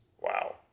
Wow